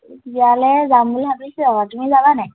বিয়ালে যাম বুলি ভাবিছোঁ আৰু তুমি যাবানে